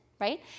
right